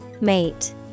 Mate